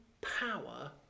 power